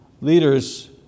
leaders